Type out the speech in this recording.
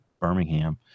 birmingham